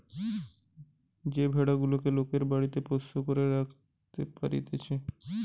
যে ভেড়া গুলেক লোকরা বাড়িতে পোষ্য করে রাখতে পারতিছে